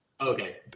Okay